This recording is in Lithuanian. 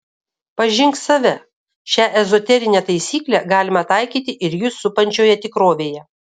pažink save šią ezoterinę taisyklę galima taikyti ir jus supančioje tikrovėje